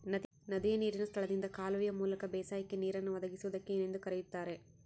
ನದಿಯ ನೇರಿನ ಸ್ಥಳದಿಂದ ಕಾಲುವೆಯ ಮೂಲಕ ಬೇಸಾಯಕ್ಕೆ ನೇರನ್ನು ಒದಗಿಸುವುದಕ್ಕೆ ಏನೆಂದು ಕರೆಯುತ್ತಾರೆ?